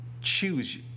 choose